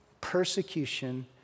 persecution